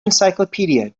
encyclopedia